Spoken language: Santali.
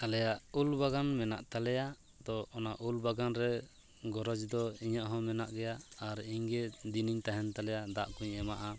ᱟᱞᱮᱭᱟᱜ ᱩᱞᱵᱟᱜᱟᱱ ᱢᱮᱱᱟᱜ ᱛᱟᱞᱮᱭᱟ ᱛᱚ ᱚᱱᱟ ᱩᱞ ᱵᱟᱜᱟᱱ ᱨᱮ ᱜᱚᱨᱚᱡᱽ ᱫᱚ ᱤᱧᱟᱹᱜ ᱦᱚᱸᱢᱮᱱᱟᱜ ᱜᱮᱭᱟ ᱟᱨ ᱤᱧᱜᱮ ᱫᱤᱱᱤᱧ ᱛᱟᱦᱮᱱ ᱛᱟᱞᱮᱭᱟ ᱫᱟᱜ ᱠᱩᱧ ᱮᱢᱟᱜᱼᱟ